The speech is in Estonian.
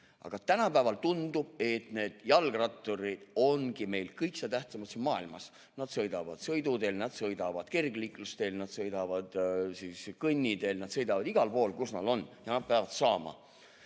Aga tänapäeval tundub, et jalgratturid ongi meil kõikse tähtsamad siin maailmas: nad sõidavad sõiduteel, nad sõidavad kergliiklusteel, nad sõidavad kõnniteel – sõidavad igal pool, kus nad on, ja nad peavad [seda]